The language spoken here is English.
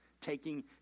taking